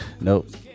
Nope